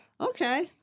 Okay